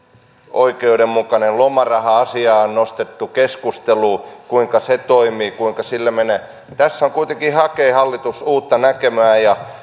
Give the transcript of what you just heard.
oikeudenmukainen lomaraha asia on nostettu keskusteluun kuinka se toimii kuinka sillä menee tässä kuitenkin hakee hallitus uutta näkymää